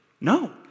No